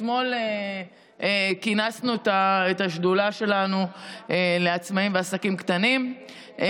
אתמול כינסנו את השדולה שלנו לעצמאים ועסקים קטנים,